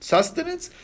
Sustenance